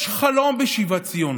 יש חלום בשיבת ציון